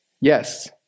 Yes